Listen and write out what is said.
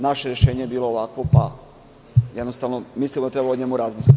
Naše rešenje je bilo ovakvo i jednostavno mislimo da treba o njemu razmisliti.